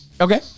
Okay